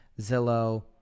Zillow